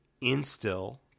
instill